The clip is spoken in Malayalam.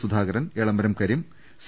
സു ധാകരൻ എളമരം കരീം സി